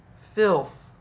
filth